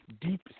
deep